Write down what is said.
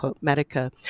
Medica